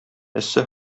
эссе